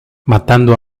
matando